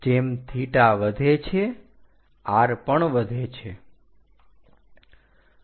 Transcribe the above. જેમ 𝜃 theta theta વધે છે r પણ વધે છે